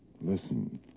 Listen